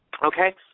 Okay